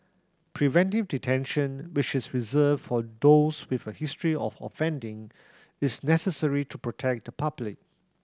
preventive detention which is reserved for those with a history of offending is necessary to protect the public